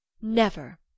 Never